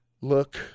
look